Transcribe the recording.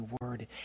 word